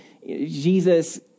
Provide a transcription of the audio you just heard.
Jesus